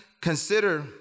consider